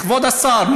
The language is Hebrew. כבוד השר,